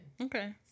Okay